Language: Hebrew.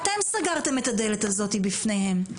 אתם סגרתם את הדלת הזאת בפניהם.